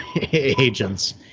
agents